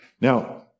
Now